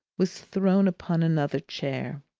was thrown upon another chair.